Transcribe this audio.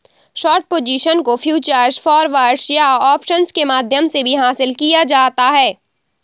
short position को futures, forwards या options के माध्यम से भी हासिल किया जाता है